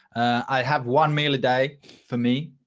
i have one meal a day for me.